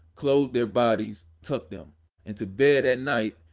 clothe their bodies, tuck them into bed at night,